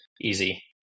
easy